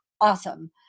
awesome